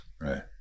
Right